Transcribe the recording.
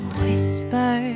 whisper